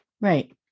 Right